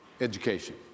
education